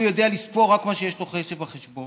הוא יודע לספור רק את מה שחסר בחשבון,